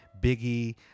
Biggie